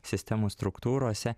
sistemos struktūrose